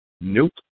Nope